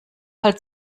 halt